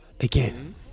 again